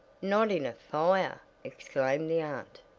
not in a fire? exclaimed the aunt.